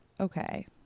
okay